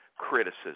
criticism